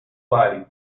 party